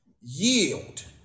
yield